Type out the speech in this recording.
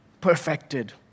perfected